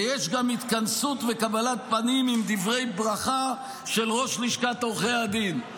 ויש גם התכנסות וקבלת פנים עם דברי ברכה של ראש לשכת עורכי הדין,